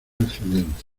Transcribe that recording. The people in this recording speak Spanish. accidente